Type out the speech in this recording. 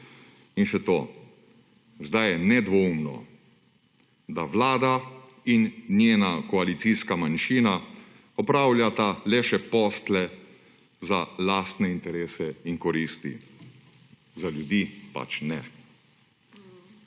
In še to. Zdaj je nedvomno, da vlada in njena koalicijska manjšina opravljata le še posle za lastne interese in koristi – za ljudi pač ne.